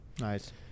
Nice